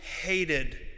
hated